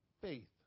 faith